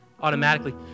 automatically